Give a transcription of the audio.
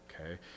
okay